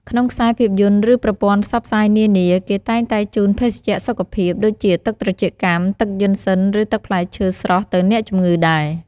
ក្នុងខ្សែភាពយន្ត ឬ ប្រព័ន្ធផ្សព្វផ្សាយនានា គេតែងតែជូនភេសជ្ជៈសុខភាព ដូចជាទឹកត្រចៀកកាំ ទឹកយុិនសិន ឬ ទឹកផ្លែឈើស្រស់ទៅអ្នកជំងឺដែរ។